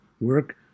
work